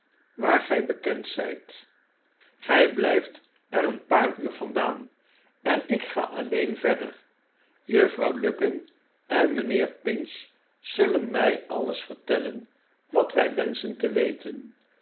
gij bekend maarten chuzzlewit zijt gij blijft er een paar uur yandaan en ik ga alleen verder juffrouw lupin en mijnheer pinch zullen mij alles vertellen wat wij wenschen te weten